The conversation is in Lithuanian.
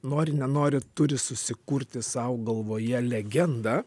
nori nenori turi susikurti sau galvoje legendą